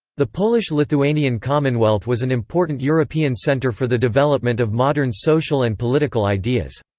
the polish-lithuanian commonwealth was an important european center for the development of modern social and political ideas.